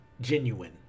genuine